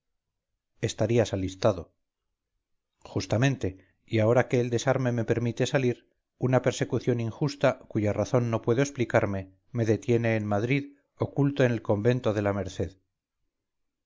deseo estarías alistado justamente y ahora que el desarme me permite salir una persecución injusta cuya razón no puedo explicarme me detiene en madrid oculto en el convento de la merced